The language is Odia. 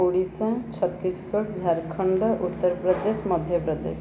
ଓଡ଼ିଶା ଛତିଶଗଡ଼ ଝାଡ଼ଖଣ୍ଡ ଉତ୍ତରପ୍ରଦେଶ ମଧ୍ୟପ୍ରଦେଶ